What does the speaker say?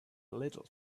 little